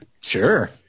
Sure